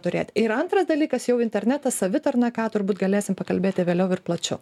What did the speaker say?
turėt ir antras dalykas jau internetas savitarna ką turbūt galėsim pakalbėti vėliau ir plačiau